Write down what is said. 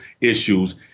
issues